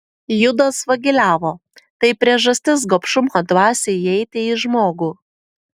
judas vagiliavo tai priežastis gobšumo dvasiai įeiti į žmogų